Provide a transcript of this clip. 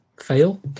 fail